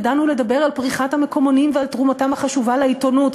ידענו לדבר על פריחת המקומונים ועל תרומתם החשובה לעיתונות,